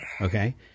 okay